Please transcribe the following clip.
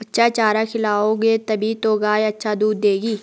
अच्छा चारा खिलाओगे तभी तो गाय अच्छा दूध देगी